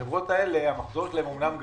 החברות כאלה מחזורן אמנם גדול,